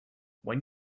when